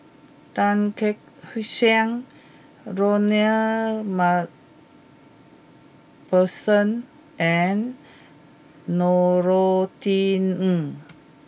Tan Kek Hiang Ronald MacPherson and Norothy Ng